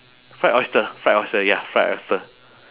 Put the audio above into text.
fried oyster fried oyster ya fried oyster